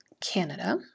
Canada